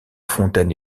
fontaine